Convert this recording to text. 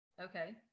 Okay